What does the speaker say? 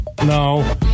No